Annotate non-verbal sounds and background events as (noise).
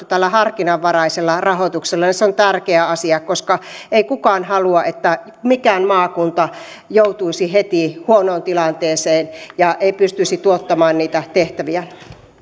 (unintelligible) tällä harkinnanvaraisella rahoituksella ja se on tärkeä asia koska ei kukaan halua että mikään maakunta joutuisi heti huonoon tilanteeseen ja ei pystyisi tuottamaan niitä tehtäviä